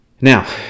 Now